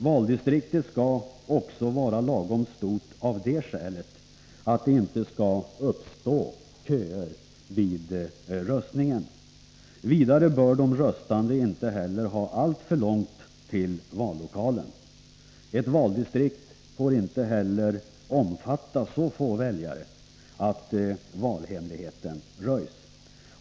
Valdistriktet skall också vara lagom stort av det skälet att det inte skall uppstå köer vid röstningen. Vidare bör de röstande inte ha alltför långt till vallokalen. Ett valdistrikt får inte heller omfatta så få väljare att valhemligheten röjs.